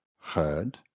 heard